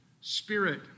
spirit